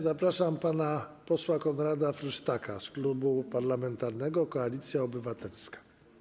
Zapraszam pana posła Konrada Frysztaka z Klubu Parlamentarnego Koalicja Obywatelska.